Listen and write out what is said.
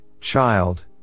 child